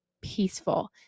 peaceful